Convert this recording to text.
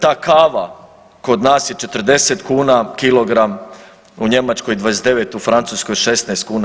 Ta kava kod nas je 40 kuna kilogram, u Njemačkoj 29, u Francuskoj 16 kuna.